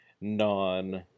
non